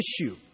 issue